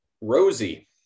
Rosie